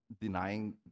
denying